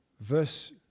Verse